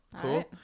Cool